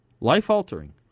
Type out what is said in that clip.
Life-altering